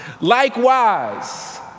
Likewise